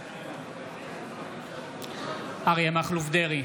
בעד אריה מכלוף דרעי,